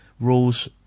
rules